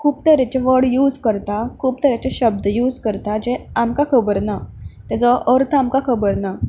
खूब तरेचे वड यूज करता खूप तरेचे शब्द यूज करता जे आमकां खबर ना तेजो अर्थ आमकां खबर ना